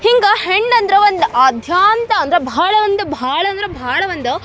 ಹಿಂಗೆ ಹೆಣ್ಣು ಅಂದ್ರೆ ಒಂದು ಆದ್ಯಂತ ಅಂದ್ರೆ ಭಾಳ ಅಂದ್ರೆ ಭಾಳ ಅಂದ್ರೆ ಭಾಳ ಒಂದು